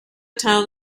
town